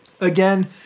Again